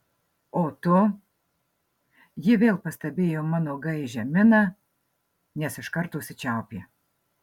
o tu ji vėl pastebėjo mano gaižią miną nes iš karto užsičiaupė